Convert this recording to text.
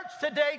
today